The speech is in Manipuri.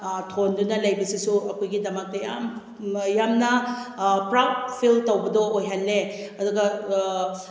ꯊꯣꯟꯗꯨꯅ ꯂꯩꯕꯁꯤꯁꯨ ꯑꯩꯈꯣꯏꯒꯤꯗꯃꯛꯇ ꯌꯥꯝ ꯌꯥꯝꯅ ꯄ꯭ꯔꯥꯎꯠ ꯐꯤꯜ ꯇꯧꯕꯗꯣ ꯑꯣꯏꯍꯜꯂꯦ ꯑꯗꯨꯒ